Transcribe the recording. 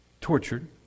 tortured